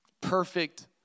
Perfect